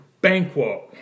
Banquo